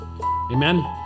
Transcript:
Amen